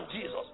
Jesus